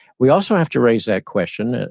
we also have to raise that question, and